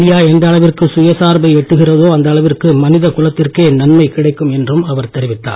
India எந்த அளவிற்கு சுயசார்பை எட்டுகிறதோ அந்த அளவிற்கு மனித குலத்திற்கே நன்மை கிடைக்கும் என்றும் அவர் தெரிவித்தார்